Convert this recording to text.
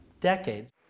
decades